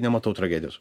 nematau tragedijos